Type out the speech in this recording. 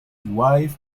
wife